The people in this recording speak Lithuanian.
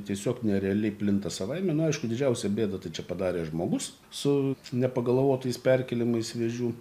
tiesiog nerealiai plinta savaime nu aišku didžiausią bėdą tai čia padarė žmogus su nepagalvotais perkėlimais vėžių